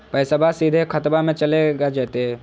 पैसाबा सीधे खतबा मे चलेगा जयते?